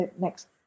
next